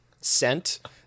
sent